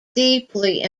deeply